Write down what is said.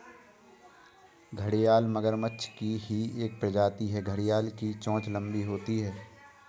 घड़ियाल मगरमच्छ की ही एक प्रजाति है घड़ियाल की चोंच लंबी होती है